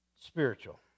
Spiritual